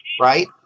right